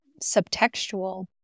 subtextual